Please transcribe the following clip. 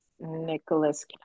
Nicholas